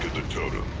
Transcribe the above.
detailed you